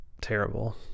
terrible